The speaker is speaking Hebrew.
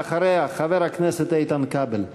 ואחריה, חבר הכנסת איתן כבל.